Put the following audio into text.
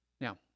Now